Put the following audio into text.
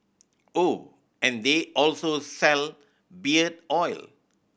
oh and they also sell beard oil